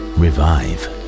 revive